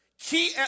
key